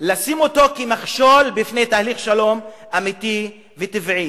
לשים אותו כמכשול בפני תהליך שלום אמיתי וטבעי.